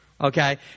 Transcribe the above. okay